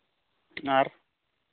ᱟᱨ